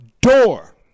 door